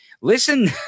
listen